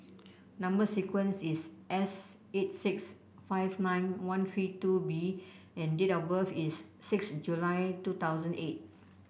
number sequence is S eight six five nine one three two B and date of birth is six July two thousand eight